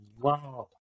Wow